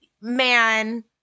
man